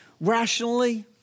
rationally